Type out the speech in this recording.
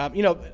um you know,